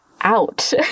out